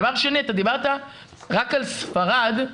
דבר שני, דיברת רק על ספרד,